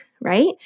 right